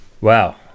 Wow